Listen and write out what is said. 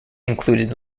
included